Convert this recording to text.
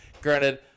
Granted